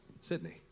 Sydney